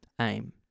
Aim